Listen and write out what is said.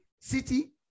City